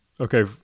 Okay